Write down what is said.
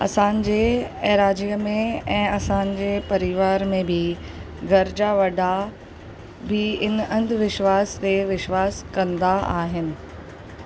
असांजे ऐं राज्य में ऐं असांजे परिवार में बि घर जा वॾा बि हिन अंधविश्वासु ते विश्वासु कंदा आहिनि